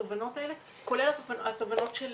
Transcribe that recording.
כולל התובנות של